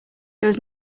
there